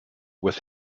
with